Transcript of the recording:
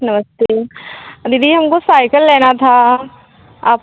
नमस्ते दीदी हम को साइकल लेना था आप